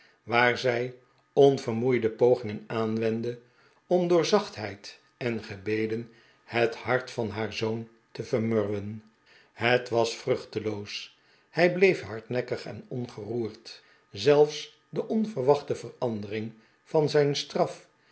waar zij onvermoeide pogingen aanwendde om door zachtheid en gebeden het hart van haar zoon te vermurwen het was vruehteloos hij bleef hardnekkig en ongeroerd zelfs de onverwachte verandering van zijn straf